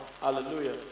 Hallelujah